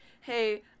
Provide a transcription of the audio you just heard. hey